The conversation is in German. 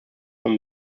von